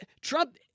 Trump